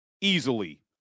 easily